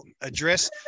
address